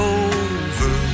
over